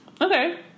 Okay